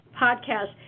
podcast